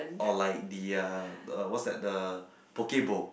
or like the uh what's that the poke bowl